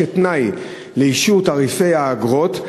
כתנאי לאישור תעריפי האגרות,